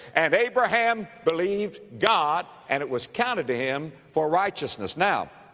and, abraham believed god and it was counted to him for righteousness. now,